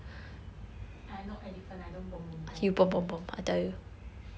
I not elephant I don't